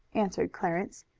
answered clarence.